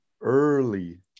early